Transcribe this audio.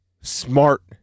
smart